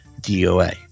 DOA